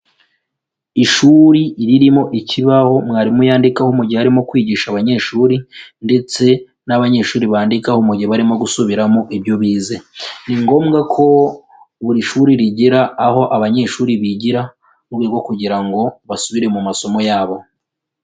Ishuri ririmo ikibaho mwarimu yandikaho mu gihe arimo kwigisha abanyeshuri, ndetse n'abanyeshuri bandikaho mu gihe barimo gusubiramo ibyo bize, ni ngombwa ko buri shuri rigira aho abanyeshuri bigira mu bigo, kugira ngo basubire mu masomo yabo.